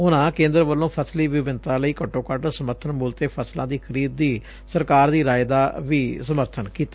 ਉਨਾਂ ਕੇਂਦਰ ਵਲੋਂ ਫਸਲੀ ਵਿਭਿੰਨਤਾ ਲਈ ਘੱਟੋ ਘੱਟ ਸਮਰਥਨ ਮੁਲ ਤੇ ਫਸਲਾਂ ਦੀ ਖਰੀਦ ਦੇ ਸਰਕਾਰ ਦੀ ਰਾਏ ਦਾ ਵੀ ਸਮਰਥਨ ਕੀਤਾ